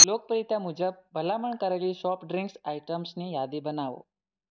લોકપ્રિયતા મુજબ ભલામણ કરાયેલી સોફ ડ્રીંક્સ આઇટમ્સની યાદી બનાવો